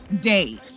days